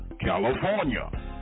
California